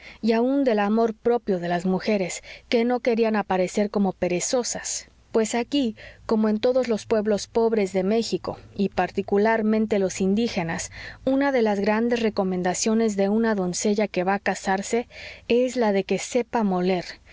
y aun del amor propio de las mujeres que no querían aparecer como perezosas pues aquí como en todos los pueblos pobres de méxico y particularmente los indígenas una de las grandes recomendaciones de una doncella que va a casarse es la de que sepa moler